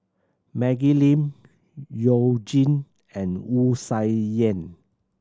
Maggie Lim You Jin and Wu Sai Yen